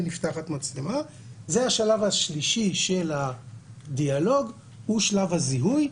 זה השלב השלישי של הדיאלוג, שלב הזיהוי.